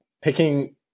Picking